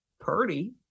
Purdy